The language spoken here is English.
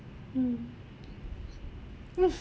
mm